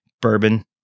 Bourbon